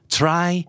try